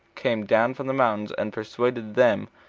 came down from the mountains and pursued them,